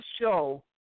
show